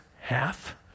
half